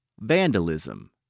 vandalism